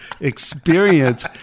experience